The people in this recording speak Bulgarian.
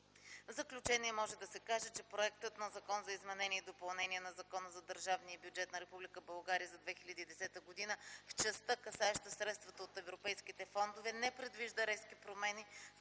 В заключение може да се каже, че проектът на Закон за изменение и допълнение на Закона за държавния бюджет на Република България за 2010 г. в частта, касаеща средствата от европейските фондове, не предвижда резки промени